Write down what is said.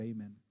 Amen